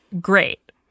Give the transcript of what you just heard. Great